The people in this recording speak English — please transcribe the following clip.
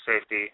safety